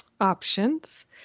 options